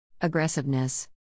Aggressiveness